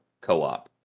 co-op